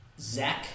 Zach